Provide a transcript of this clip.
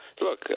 Look